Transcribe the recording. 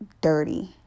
dirty